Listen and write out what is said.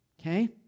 Okay